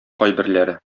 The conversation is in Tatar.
кайберләре